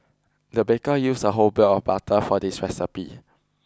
the baker used a whole block of butter for this recipe